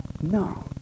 No